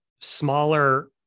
smaller